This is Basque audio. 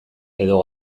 edo